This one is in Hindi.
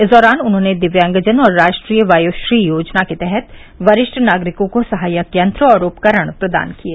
इस दौरान उन्होंने दिव्यांगजन और राष्ट्रीय वयोश्री योजना के तहत वरिष्ठ नागरिकों को सहायक यंत्र और उपकरण प्रदान किये